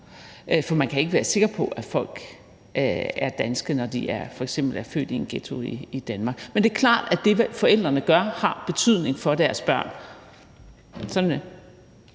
for man kan ikke være sikker på, at folk er danske, når de f.eks. er født i en ghetto i Danmark. Men det er klart, at det, forældrene gør, har betydning for deres børn. Sådan er